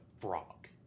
frog